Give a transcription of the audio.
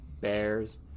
bears